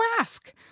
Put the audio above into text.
ask